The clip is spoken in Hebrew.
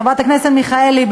חברת הכנסת מיכאלי,